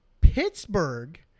Pittsburgh